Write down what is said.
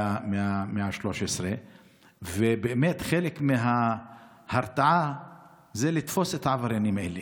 113. חלק מההרתעה זה לתפוס את העבריינים האלה,